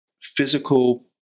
physical